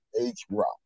H-Rock